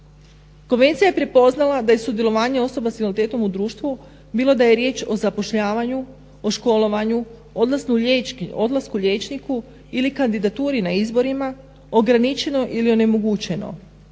Konvencija je prepoznala da je sudjelovanje osoba s invaliditetom osoba u društvu bilo da je riječ o zapošljavanju, o školovanju, odlasku liječniku ili kandidaturi na izborima ograničeno ili onemogućeno.